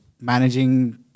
managing